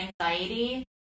anxiety